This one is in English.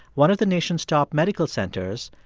one of the nation's top medical centers,